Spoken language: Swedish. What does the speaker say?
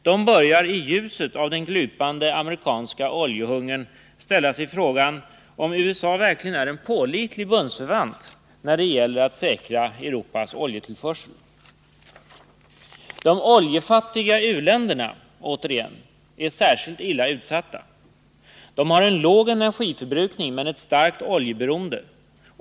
De börjar i ljuset av den glupande amerikanska oljehungern ställa sig frågan, om USA verkligen är en pålitlig bundsförvant när det gäller att säkra Europas oljetillförsel. De oljefattiga u-länderna återigen är särskilt illa utsatta. De har en låg energiförbrukning men ett starkt oljeberoende.